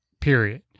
Period